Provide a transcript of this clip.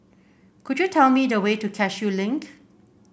could you tell me the way to Cashew Link